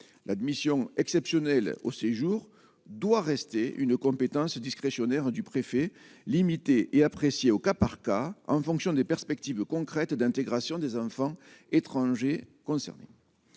l'admission exceptionnelle au séjour doit rester une compétence discrétionnaire du préfet limitée et appréciée au cas par cas en fonction des perspectives concrètes d'intégration des enfants étrangers concernés.